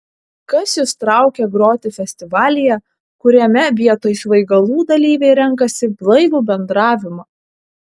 kas jus traukia groti festivalyje kuriame vietoj svaigalų dalyviai renkasi blaivų bendravimą